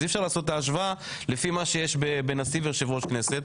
אז אי אפשר לעשות את ההשוואה לפי מה שיש בנשיא ויושב ראש הכנסת,